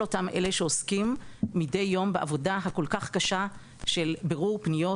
אותם אלה שעוסקים מדי יום בעבודה הכל כך קשה של בירור פניות